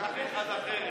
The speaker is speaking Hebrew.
ותיקח אחת אחרת.